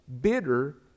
bitter